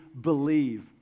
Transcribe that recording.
believe